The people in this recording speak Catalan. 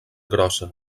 grossa